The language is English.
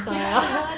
ya ya